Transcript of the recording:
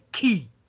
key